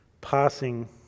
passing